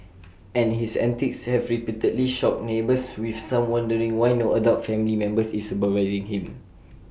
and his antics have repeatedly shocked neighbours with some wondering why no adult family member is supervising him